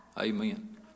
Amen